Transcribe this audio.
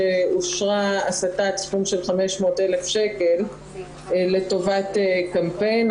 שאושרה הסטת סכום של 500 אלף שקל לטובת קמפיין.